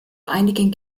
einigen